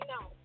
no